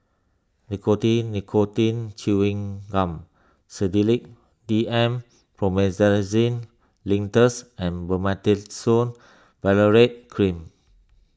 Nicotine Nicotine Chewing Gum Sedilix D M Promethazine Linctus and Betamethasone Valerate Cream